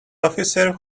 officer